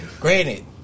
Granted